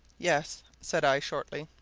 yes, said i shortly.